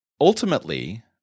Ultimately